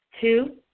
Two